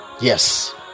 Yes